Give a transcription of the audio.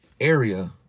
area